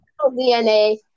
DNA